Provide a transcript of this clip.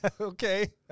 Okay